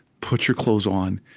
put your clothes on,